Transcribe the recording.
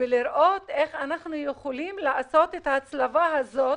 לראות איך אנחנו יכולים לעשות את ההצלבה הזאת